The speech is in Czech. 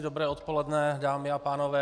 Dobré odpoledne, dámy a pánové.